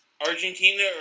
Argentina